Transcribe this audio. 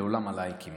לעולם הלייקים.